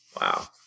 Wow